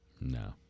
No